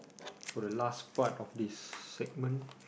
for the last part of this segment